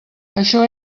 això